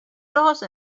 also